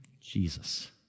Jesus